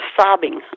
sobbing